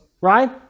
right